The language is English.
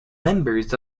members